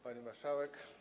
Pani Marszałek!